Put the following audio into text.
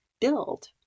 build